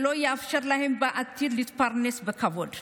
שלא יאפשר להם להתפרנס בכבוד בעתיד.